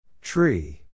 Tree